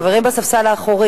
חברים בספסל האחורי,